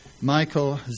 Michael